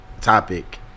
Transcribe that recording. topic